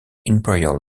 imperial